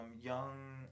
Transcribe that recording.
young